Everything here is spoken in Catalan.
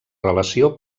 relació